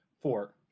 Four